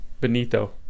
Benito